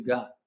God